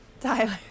Tyler